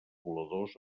voladors